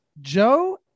Joe